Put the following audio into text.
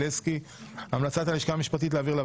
1 נמנעים,